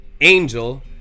angel